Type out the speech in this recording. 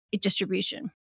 distribution